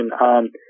on